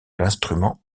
l’instrument